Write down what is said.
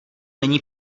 není